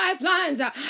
lifelines